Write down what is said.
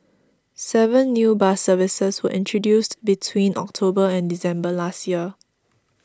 seven new bus services were introduced between October and December last year